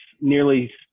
nearly